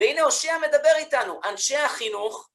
והנה הושע מדבר איתנו, אנשי החינוך.